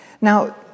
Now